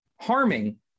harming